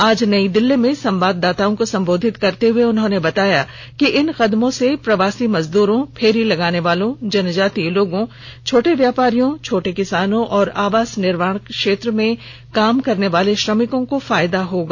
आज नई दिल्ली में संवाददाताओं को संबोधित करते हुए उन्होंने बताया कि इन कदमों से प्रवासी मजदूरों फेरी लगाने वालों जनजातीय लोगों छोटे व्यापारियों छोटे किसानों और आवास निर्माण क्षेत्र में काम करने वाले श्रमिकों को फायदा होगा